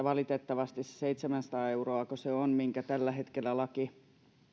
valitettavasti se seitsemänsataa euroa niinkö se on minkä tällä hetkellä laki